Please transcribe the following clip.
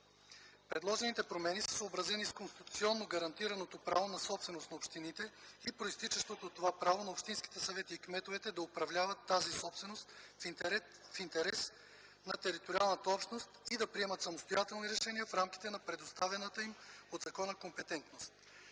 Предложените промени са съобразени с конституционно гарантираното право на собственост на общините и произтичащото от това право на общинските съвети и кметовете да управляват тази собственост в интерес на териториалната общност и да приемат самостоятелни решения в рамките на предоставената им от закона компетентност.